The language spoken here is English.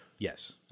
Yes